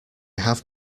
have